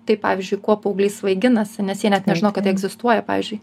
tai pavyzdžiui kuo paaugliai svaiginasi nes jie net nežino kad tai egzistuoja pavyzdžiui